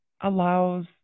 allows